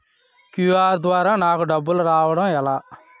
QR ద్వారా నాకు డబ్బులు రావడం ఎలా?